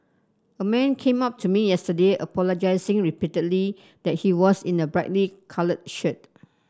a man came up to me yesterday apologising repeatedly that he was in a brightly coloured shirt